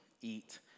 eat